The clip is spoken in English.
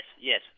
yes